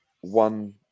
one